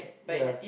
yeah